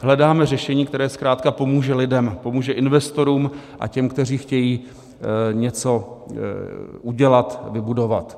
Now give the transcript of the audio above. Hledáme řešení, které zkrátka pomůže lidem, pomůže investorům a těm, kteří chtějí něco udělat, vybudovat.